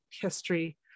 history